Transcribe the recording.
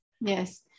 yes